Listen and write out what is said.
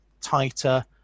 tighter